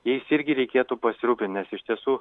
jais irgi reikėtų pasirūpint nes iš tiesų